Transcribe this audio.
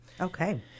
Okay